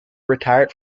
retired